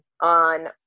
on